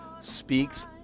speaks